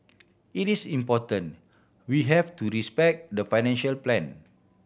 it is important we have to respect the financial plan